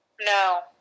No